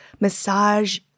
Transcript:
massage